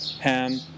Ham